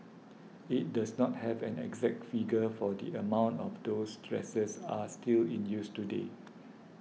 it does not have an exact figure for the amount of those dressers are still in use today